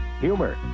humor